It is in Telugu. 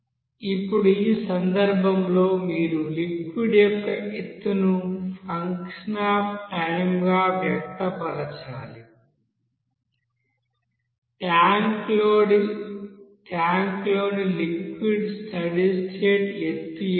ఇప్పుడు ఈసందర్భంలో మీరు లిక్విడ్ యొక్క ఎత్తును ఫంక్షన్ అఫ్ టైం గా వ్యక్తపరచాలి ట్యాంక్లోని లిక్విడ్ స్టడీ స్టేట్ ఎత్తు ఏమిటి